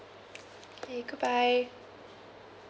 okay goodbye